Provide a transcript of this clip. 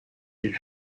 ils